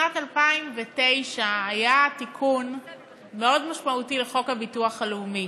בשנת 2009 תוקן תיקון משמעותי מאוד בחוק הביטוח הלאומי.